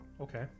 Okay